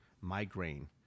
migraine